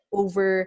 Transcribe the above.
over